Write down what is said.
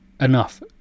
enough